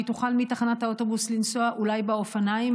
ושהיא תוכל מתחנת האוטובוס לנסוע באופניים,